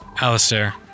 Alistair